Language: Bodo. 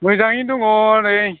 मोजाङैनो दङ नै